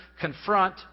confront